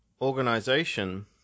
organization